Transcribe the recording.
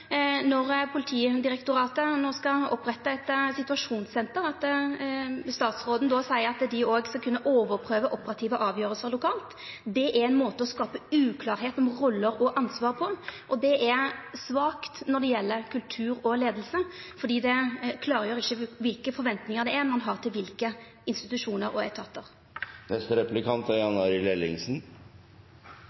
dei skal kunna overprøva operative avgjerder lokalt. Det er ein måte å skapa uklarleik om roller og ansvar på, og det er svakt når det gjeld kultur og leiing, for det klargjer ikkje kva forventningar ein har til kva institusjonar og etatar. La meg først takke komiteens leder for en grei gjennomgang av Arbeiderpartiets prioriteringer. Politikk handler om prioritering. Derfor er